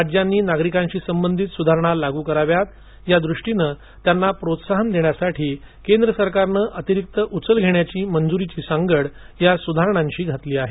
राज्यांनी नागरिकांशी संबंधित सुधारणा लागू कराव्यात या दृष्टीनं त्यांना प्रोत्साहन देण्यासाठी केंद्र सरकारनं अतिरिक्त उचल घेण्याच्या मंजुरीची सांगड या सुधारणांशी घातली आहे